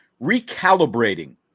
recalibrating